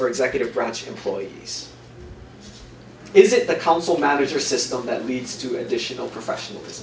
for executive branch employees is it the council matters or system that leads to additional professional